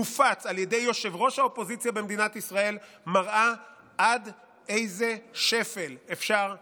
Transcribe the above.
מופץ על ידי ראש אופוזיציה במדינת ישראל מראה עד איזה שפל אפשר לרדת.